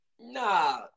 Nah